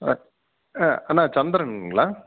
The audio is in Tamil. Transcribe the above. ஆ ஆ அண்ணா சந்திரன்ங்களா